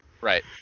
Right